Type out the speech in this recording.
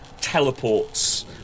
teleports